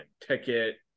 ticket